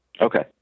Okay